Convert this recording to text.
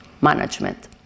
management